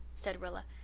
said rilla.